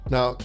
Now